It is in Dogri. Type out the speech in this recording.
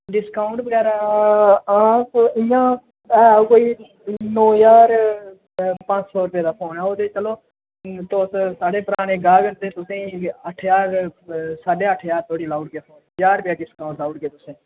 डिस्काउंट बगैरा हां इ'यां कोई नौ ज्हार पंज सौ रपेऽ दा पौना ओह् ते चलो तुस साढ़े पराने गाह्क न ते तुसेंई अट्ठ ज्हार साड्डे अट्ठ ज्हार धोड़ी लाई उड़गे ज्हार रपेऽ दा डिस्काउंट लाई उड़गे तुसेंई